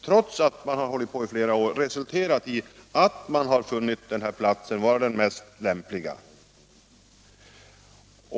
Trots att man har hållit på i flera år har det resulterat i att man har funnit denna plats vara den mest lämpliga.